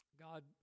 God